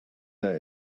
that